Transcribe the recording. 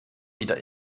wieder